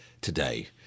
today